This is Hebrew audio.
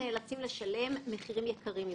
נאלצים לשלם מחירים יקרים יותר.